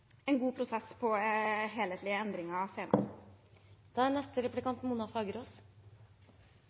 en god prosess for helhetlige endringer senere. Det er